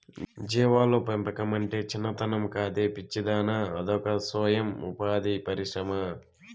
జీవాల పెంపకమంటే చిన్నతనం కాదే పిచ్చిదానా అదొక సొయం ఉపాధి పరిశ్రమ